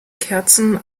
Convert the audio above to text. kerzen